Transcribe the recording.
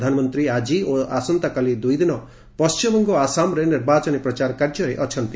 ପ୍ରଧାନମନ୍ତ୍ରୀ ଆଜି ଓ ଆସନ୍ତାକାଲି ଦୁଇଦିନ ପଣ୍ଟିମବଙ୍ଗ ଓ ଆସାମରେ ନିର୍ବାଚନୀ ପ୍ରଚାର କାର୍ଯ୍ୟରେ ଅଛନ୍ତି